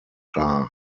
dar